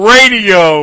Radio